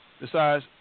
decides